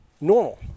normal